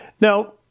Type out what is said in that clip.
Now